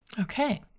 Okay